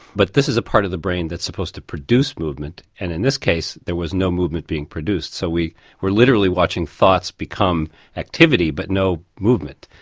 but this is a part of the brain that's supposed to produce movement and in this case there was no movement being produced. so we were literally watching thoughts become activity, but no movement.